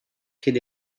cyn